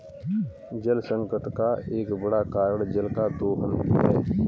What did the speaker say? जलसंकट का एक बड़ा कारण जल का दोहन ही है